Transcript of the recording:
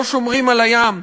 לא שומרים על הים.